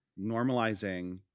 normalizing